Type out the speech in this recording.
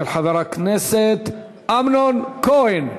של חבר הכנסת אמנון כהן.